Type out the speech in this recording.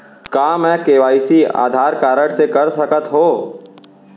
का मैं KYC Aadhaar card से कर सकत हो?